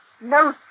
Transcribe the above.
No